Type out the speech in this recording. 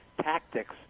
tactics